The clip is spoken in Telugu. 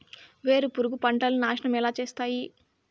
వేరుపురుగు పంటలని నాశనం ఎలా చేస్తాయి?